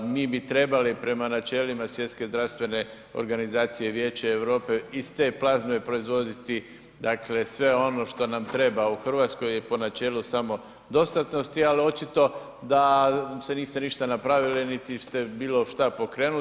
Mi bi trebali prema načelima Svjetske zdravstvene organizacije Vijeće Europe iz te plazme proizvoditi dakle sve ono što nam treba u Hrvatskoj po načelu samodostatnosti ali očito da niste ništa napravili niti ste bilo šta pokrenuli.